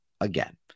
Again